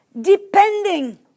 depending